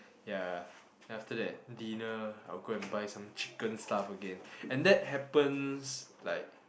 ya then after that dinner I will go and buy some chicken stuff again and that happens like